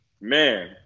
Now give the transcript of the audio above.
Man